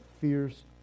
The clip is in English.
fierce